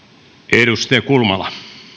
arvoisa puhemies